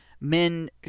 men